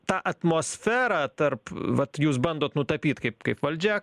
ta atmosferą tarp vat jūs bandot nutapyt kaip kaip valdžia